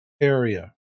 Area